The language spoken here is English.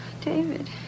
David